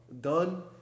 done